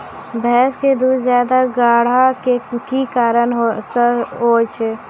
भैंस के दूध ज्यादा गाढ़ा के कि कारण से होय छै?